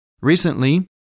Recently